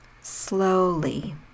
slowly